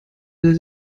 will